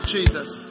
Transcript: Jesus